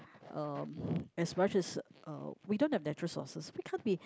um as much as uh we don't have natural sources we can't be